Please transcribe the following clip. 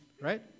right